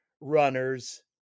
runners